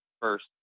first